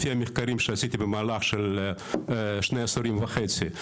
לפי המחקרים שעשיתי במהלך של שני עשורים וחצי.